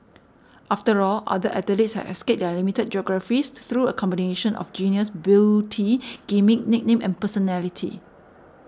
after all other athletes have escaped their limited geographies through a combination of genius beauty gimmick nickname and personality